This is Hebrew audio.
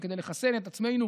וכדי לחסן את עצמנו